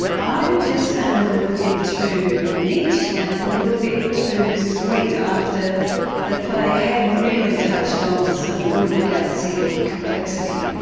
i just found it a little bit too neat and a little bit too sweet after the play had really touched on some good, gutsy complexity.